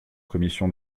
commission